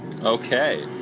Okay